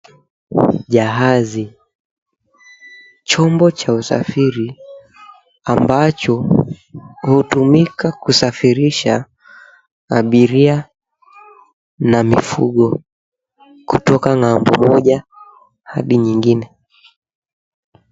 Jahazi. Chombo cha usafiri ambacho hutumika kusafirisha abiria na mifugo kutoka ng'ambo moja hadi nyingine.